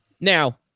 Now